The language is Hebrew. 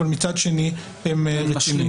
אבל מצד שני הם משלימים.